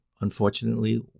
unfortunately